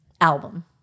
album